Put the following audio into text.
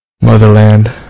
motherland